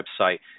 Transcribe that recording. website